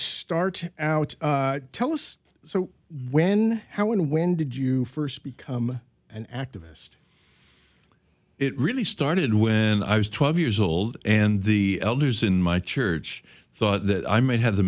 start out tell us so when how and when did you first become an activist it really started when i was twelve years old and the elders in my church thought that i might have the